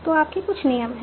तो आपके कुछ नियम हैं